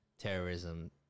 terrorism